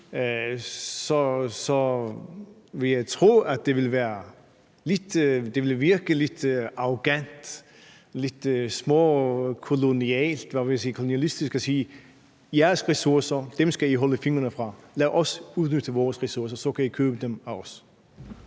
ville jeg tro, at det ville virke lidt arrogant og lidt småkolonialistisk, var jeg ved at sige, at sige: Jeres ressourcer skal I holde fingrene fra, lad os udnytte vores ressourcer, og så kan I købe dem af os.